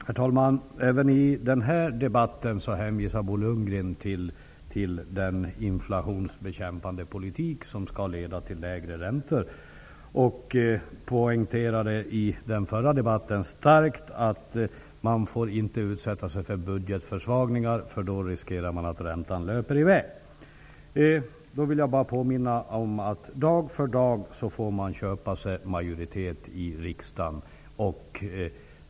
Herr talman! Även i den här debatten hänvisar Bo Lundgren till den inflationsbekämpande politik som skall leda till lägre räntor. I den föregående debatten poängterade han starkt att man inte får utsätta landet för budgetförsvagningar, eftersom man då riskerar att räntan löper i väg. Jag vill bara påminna om att man dag för dag får köpa sig majoritet i riksdagen.